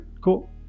Cool